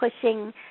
pushing